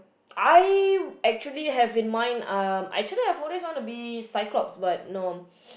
I actually have in mind um actually I've always wanna be cyclops but no